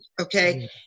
okay